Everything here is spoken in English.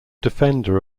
defender